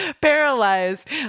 paralyzed